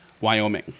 Wyoming